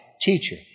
teacher